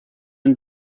and